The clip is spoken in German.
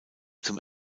zum